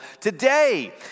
today